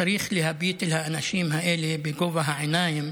צריך להביט אל האנשים האלה בגובה העיניים